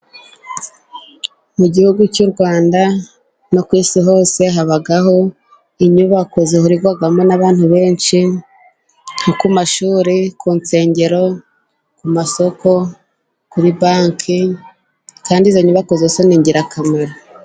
Mu gihugu cy'u Rwanda no ku isi hose, habaho inyubako zihurirwamo n'abantu benshi. Ku mashuri, ku nsengero, ku masoko, kuri banki. Kandi, izo nyubako zose ni ingirakamaro.